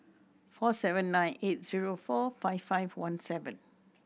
four seven nine eight zero four five five one seven